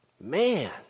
Man